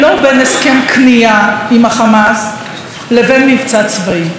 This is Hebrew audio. בין הסכם כניעה עם החמאס לבין מבצע צבאי.